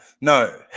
No